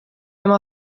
oma